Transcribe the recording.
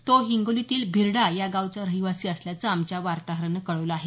तो हिंगोलीतील भिरडा या गावचा रहिवासी असल्याचं आमच्या वार्ताहरानं कळवलं आहे